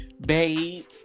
babe